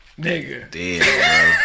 Nigga